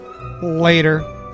Later